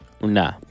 Nah